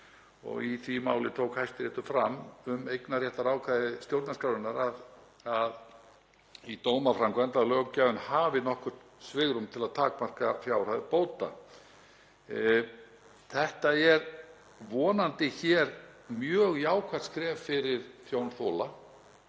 og í því máli tók Hæstiréttur fram um eignarréttarákvæði stjórnarskrárinnar í dómaframkvæmd að löggjafinn hafi nokkurt svigrúm til að takmarka fjárhæð bóta. Þetta er vonandi hér mjög jákvætt skref fyrir tjónþola